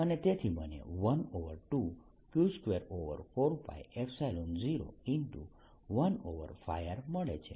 અને તેથી મને 12Q24π015R મળે છે